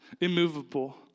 immovable